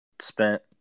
spent